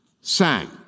sang